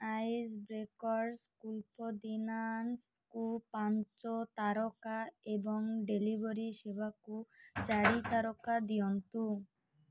ice breakers କୁଲ୍ପୋଦିନାସ୍କୁ ପାଞ୍ଚ ତାରକା ଏବଂ ଡେଲିଭରି ସେବାକୁ ଚାରି ତାରକା ଦିଅନ୍ତୁ